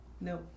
No